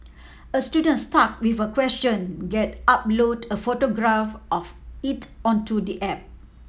a student stuck with a question get upload a photograph of it onto the app